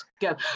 go